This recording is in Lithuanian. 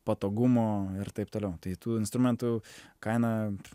patogumo ir taip toliau tai tų instrumentų kaina